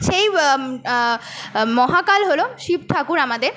সেই মহাকাল হল শিব ঠাকুর আমাদের